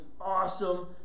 awesome